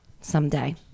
someday